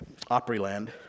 Opryland